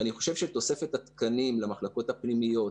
אני חושב שתוספת התקנים למחלקות הפנימיות,